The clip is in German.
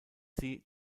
sie